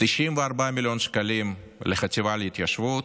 94 מיליון שקלים לחטיבה להתיישבות,